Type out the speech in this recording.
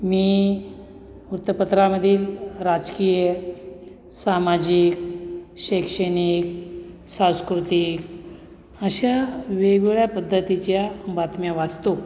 मी वृत्तपत्रामधील राजकीय सामाजिक शैक्षणिक सांस्कृतिक अशा वेगवेगळ्या पद्धतीच्या बातम्या वाचतो